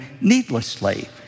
needlessly